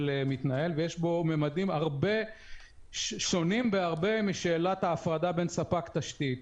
מתנהל ויש בו ממדים שונים בהרבה משאלת ההפרדה בין ספק תשתית.